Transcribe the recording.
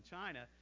China